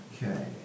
Okay